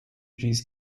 jays